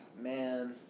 man